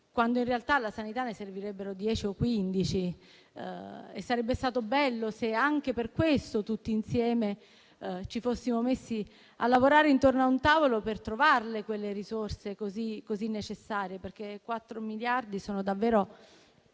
quando in realtà alla sanità ne servirebbero 10 o 15 e sarebbe stato bello se anche per questo ci fossimo messi a lavorare tutti insieme intorno a un tavolo per trovare quelle risorse così necessarie, perché quattro miliardi sono davvero